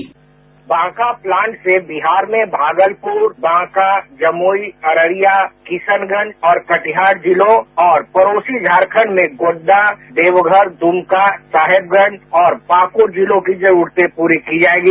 sound bite Banka plant से बिहार में भागलपुर बांका जमुई अररिया किशनगंज और कटिहार जिलों और पड़ोसी झारखंड में गोड्डा देवघर दुमका साहेबगंज और पाकूर जिलों की जरूरतें पूरी की जायेंगी